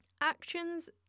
actions